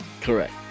Correct